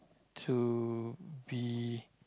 to be